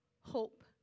Hope